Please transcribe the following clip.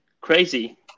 crazy